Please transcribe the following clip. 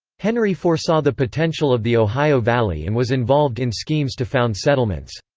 henry foresaw the potential of the ohio valley and was involved in schemes to found settlements.